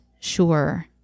sure